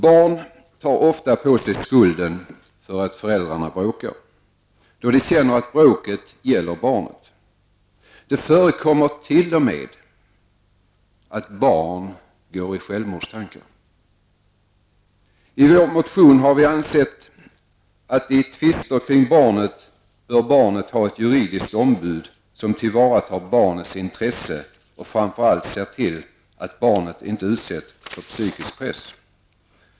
Barn tar ofta på sig skulden för att föräldrarna bråkar, då de känner att bråket gäller dem. Det förekommer t.o.m. att barn går i självmordstankar. I vår motion har vi framfört att barnet i tvister som gäller barnet bör ha ett juridiskt ombud som tillvaratar dess intressen och som framför allt ser till att barnet inte utsätts för psykisk press.